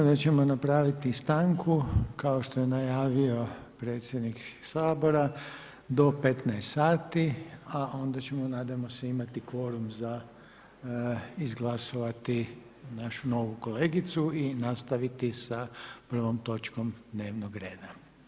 Sada ćemo napraviti stanku kao što je najavio predsjednik Sabora do 15h a onda ćemo nadamo se imati kvorum za izglasovati našu novu kolegicu i nastaviti sa prvom točkom dnevnog reda.